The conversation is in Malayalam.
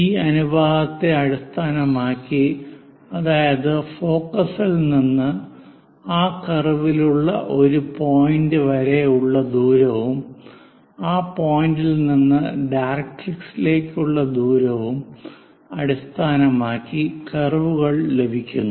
ഈ അനുപാതത്തെ അടിസ്ഥാനമാക്കി അതായത് ഫോക്കസിൽ നിന്ന് ആ കർവിലുള്ള ഒരു പോയിൻറ് വരെ ഉള്ള ദൂരവും ആ പോയിന്റിൽ നിന്ന് ഡയറക്ട്രിക്സിലേക്കുള്ള ദൂരം അടിസ്ഥാനമാക്കി കർവുകൾ ലഭിക്കുന്നു